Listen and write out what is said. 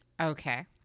Okay